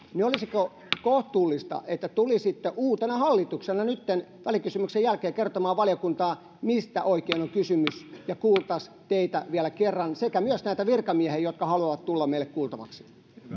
olisiko kohtuullista että tulisitte uutena hallituksena nytten välikysymyksen jälkeen kertomaan valiokuntaan mistä oikein on kysymys ja kuultaisiin vielä kerran teitä sekä näitä virkamiehiä jotka haluavat tulla meille kuultaviksi